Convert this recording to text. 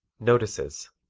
notices